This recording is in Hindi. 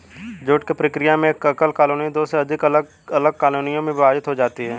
झुंड की प्रक्रिया में एक एकल कॉलोनी दो से अधिक अलग अलग कॉलोनियों में विभाजित हो जाती है